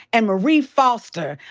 and marie foster,